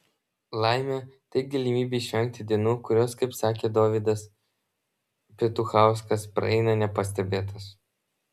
laimė tai galimybė išvengti dienų kurios kaip sakė dovydas petuchauskas praeina nepastebėtos